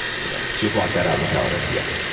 you know. so you block that out on the calendar? yeah.